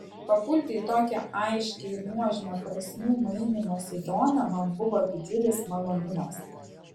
papulti į tokią aiškią ir nuožmią prasmių mainymosi zoną man buvo didžiulis malonumas